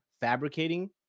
fabricating